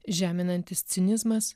žeminantis cinizmas